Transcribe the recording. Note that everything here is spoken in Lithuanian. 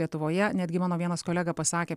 lietuvoje netgi mano vienas kolega pasakė